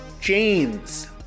James